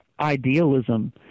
idealism